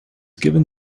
given